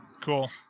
cool